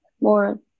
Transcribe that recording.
more